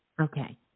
okay